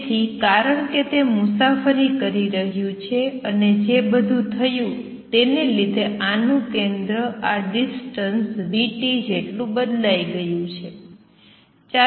તેથી કારણ કે તે મુસાફરી કરી રહ્યું છે અને જે બધું થયું તેને લીધે આનું કેન્દ્ર આ ડિસ્ટન્સ vt જેટલું બદલાઈ ગયું છે